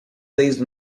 based